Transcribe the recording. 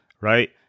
right